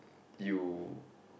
you